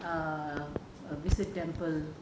err visit temple